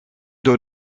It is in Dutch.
door